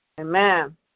Amen